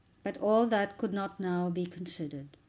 but all that could not now be considered.